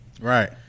Right